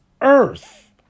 earth